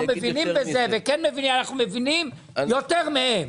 לא מבינים בזה אנחנו מבינים יותר מהם.